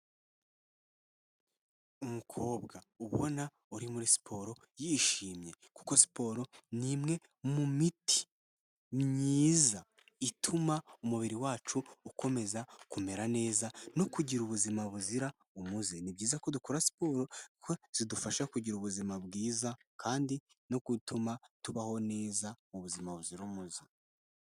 Umukobwa ubona uri muri siporo yishimye kuko siporo ni imwe mu miti myiza ituma umubiri wacu ukomeza kumera neza no kugira ubuzima buzira umuze, ni byiza ko dukora siporo ko zidufasha kugira ubuzima bwiza kandi no gutuma tubaho neza mu buzima buzira umuze.